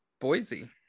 Boise